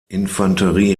infanterie